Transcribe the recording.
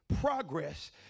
progress